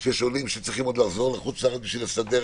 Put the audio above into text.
כמו כאלה שצריכים לחזור מחו"ל והם נסעו